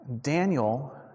Daniel